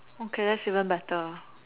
okay that's even better